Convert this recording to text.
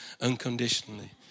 unconditionally